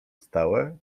stałe